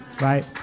Right